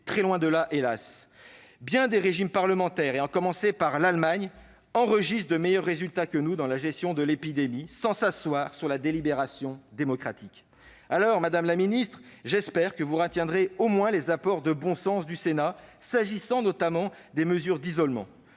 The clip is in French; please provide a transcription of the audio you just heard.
très loin de là, hélas ! Bien des régimes parlementaires, à commencer par l'Allemagne, enregistrent de meilleurs résultats que nous dans la gestion de l'épidémie sans s'asseoir pour autant sur la délibération démocratique. Alors, madame la ministre, j'espère que vous retiendrez au moins les apports de bon sens du Sénat. Je pense en particulier aux mesures d'isolement.